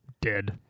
dead